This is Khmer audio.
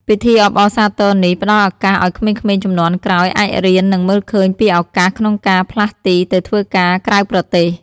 ពិធីអបអរសាទរនេះផ្តល់ឱកាសឱ្យក្មេងៗជំនាន់ក្រោយអាចរៀន និងមើលឃើញពីឱកាសក្នុងការផ្លាស់ទីទៅធ្វើការក្រៅប្រទេស។